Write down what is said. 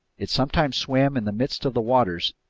it sometimes swam in the midst of the waters,